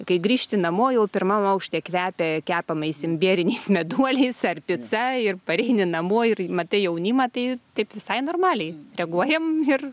kai grįžti namo jau pirmam aukšte kvepia kepamais imbieriniais meduoliais ar pica ir pareini namo ir matai jaunimą tai taip visai normaliai reaguojam ir